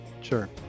sure